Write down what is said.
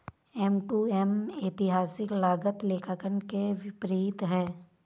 M to M ऐतिहासिक लागत लेखांकन के विपरीत है